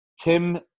Tim